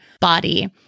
body